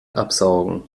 absaugen